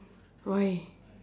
why